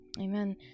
Amen